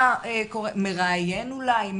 מראיין אולי,